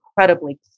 incredibly